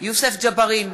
יוסף ג'בארין,